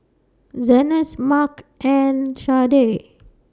Zenas Marc and Sharde